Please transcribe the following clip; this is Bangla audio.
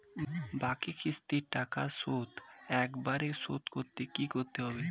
বাকি কিস্তির টাকা শোধ একবারে শোধ করতে কি করতে হবে?